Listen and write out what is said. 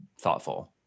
thoughtful